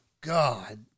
God